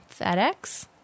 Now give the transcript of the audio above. FedEx